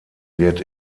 wird